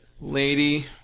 lady